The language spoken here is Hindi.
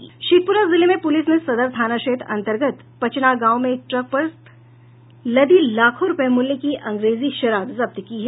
शेखप्ररा जिले में पुलिस ने सदर थाना क्षेत्र अंतर्गत पचना गांव में एक ट्रक पर लदी लाखों रूपये मूल्य की अंग्रेजी शराब जब्त की है